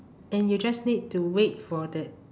and you just need to wait for that